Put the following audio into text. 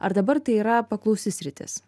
ar dabar tai yra paklausi sritis